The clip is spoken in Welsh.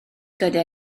gyda